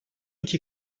iki